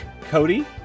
Cody